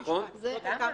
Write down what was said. נכון.